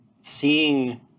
seeing